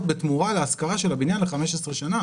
בתמורה להשכרה של הבניין ל-15 שנים.